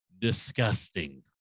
disgusting